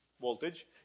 voltage